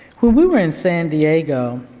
when we were in san diego.